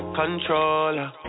controller